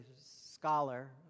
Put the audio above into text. scholar